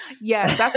Yes